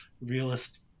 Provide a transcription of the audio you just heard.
realist